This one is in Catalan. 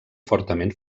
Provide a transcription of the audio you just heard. fortament